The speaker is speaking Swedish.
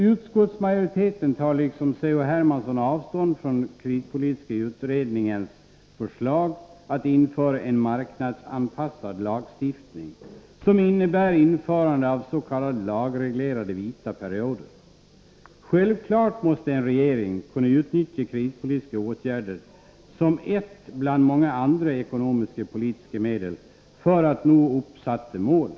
Utskottsmajoriteten tar liksom C.-H. Hermansson avstånd från kreditpolitiska utredningens förslag att införa en marknadsanpassad lagstiftning, som innebär införandet av s.k. lagreglerade vita perioder. Självfallet måste en regering kunna utnyttja kreditpolitiska åtgärder som ett bland många andra ekonomisk-politiska medel för att nå uppsatta mål.